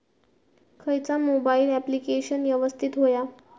खयचा mobile application यवस्तित होया?